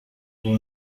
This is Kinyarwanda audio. ubu